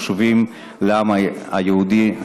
החשובים לעם היהודי,